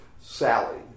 Sally